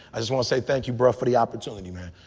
i just want to say thank you brother for the opportunity man.